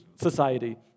society